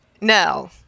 No